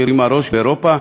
שהרימה ראש באירופה,